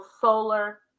solar